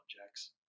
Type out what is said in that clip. objects